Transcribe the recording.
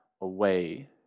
away